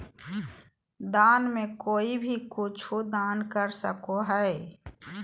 दान में कोई भी कुछु दान कर सको हइ